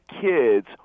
kids